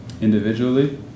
Individually